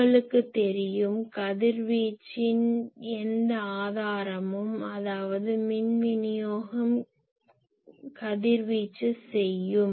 உங்களுக்குத் தெரியும் கதிர்வீச்சின் எந்த ஆதாரமும் அதாவது மின் விநியோகம் கதிர்வீச்சு செய்யும்